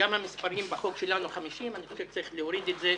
המספר בחוק שלנו הוא 50 ואני חושב שצריך להוריד את זה,